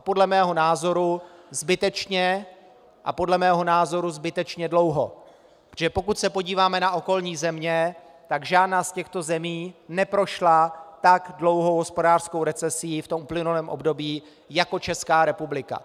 Podle mého názoru zbytečně a podle mého názoru zbytečně dlouho, protože pokud se podíváme na okolní země, tak žádná z těchto zemí neprošla tak dlouhou hospodářskou recesí v uplynulém období jako Česká republika.